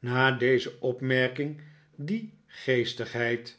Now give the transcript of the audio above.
na deze opmerking die geestigheid